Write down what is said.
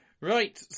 Right